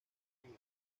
libro